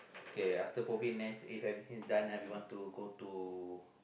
okay after Bobby Nest if everything is done then we want to go to